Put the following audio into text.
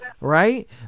Right